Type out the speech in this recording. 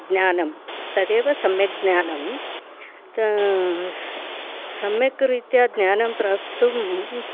ज्ञानं तदेव सम्यक् ज्ञानं ता सम्यक् रीत्या ज्ञानं प्राप्तुम्